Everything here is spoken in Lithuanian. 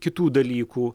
kitų dalykų